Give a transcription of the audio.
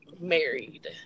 married